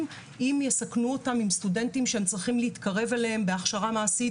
אם יסכנו אותם עם סטודנטים שהם צריכים להתקרב אליהם עם הכשרה מעשית,